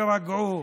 תירגעו.